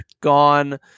gone